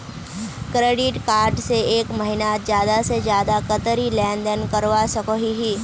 Credit card से एक महीनात ज्यादा से ज्यादा कतेरी लेन देन करवा सकोहो ही?